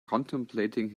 contemplating